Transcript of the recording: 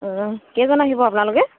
কেইজন আহিব আপোনালোকে